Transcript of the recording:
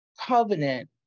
covenant